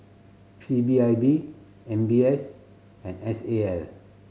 P B I B M B S and S A L